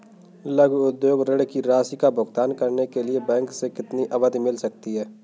लघु उद्योग ऋण की राशि का भुगतान करने के लिए बैंक से कितनी अवधि मिल सकती है?